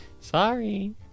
Sorry